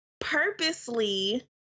purposely